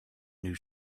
new